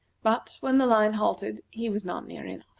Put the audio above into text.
but, when the line halted, he was not near enough.